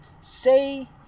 say